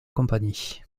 compagnie